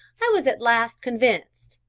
i was at last convinced,